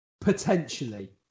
Potentially